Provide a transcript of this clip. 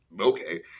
okay